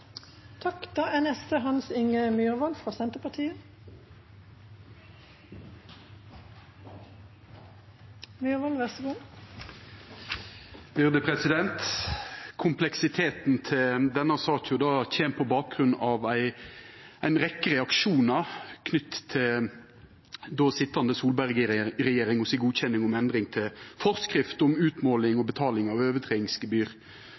Kompleksiteten til denne saka kjem på bakgrunn av ei rekkje reaksjonar knytt til den då sitjande Solberg-regjeringa si godkjenning om endring til forskrift om utmåling og